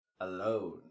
alone